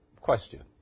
question